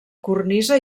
cornisa